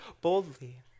boldly